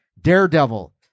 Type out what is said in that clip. Daredevil